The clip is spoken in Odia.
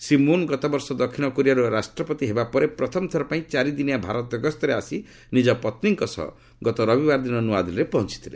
ଶ୍ରୀ ମୁନ୍ ଗତବର୍ଷ ଦକ୍ଷିଣ କୋରିଆର ରାଷ୍ଟ୍ରପତି ହେବା ପରେ ପ୍ରଥମଥର ପାଇଁ ଚାରିଦିନିଆ ଭାରତଗ୍ରରେ ଆସି ନିଜ ପତ୍ନୀଙ୍କ ସହ ଗତ ରବିବାରଦିନ ନୂଆଦିଲ୍ଲୀରେ ପହଞ୍ଚଥିଲେ